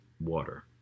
water